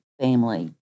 family